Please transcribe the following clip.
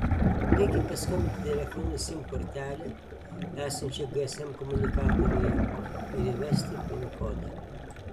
reikia paskambinti telefonu į sim kortelę esančią gsm komunikatoriuje ir įvesti pin kodą